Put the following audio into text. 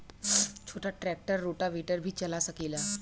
छोटा tractor rotavator भी चला सकेला?